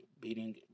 beating